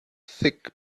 thick